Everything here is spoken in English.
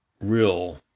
real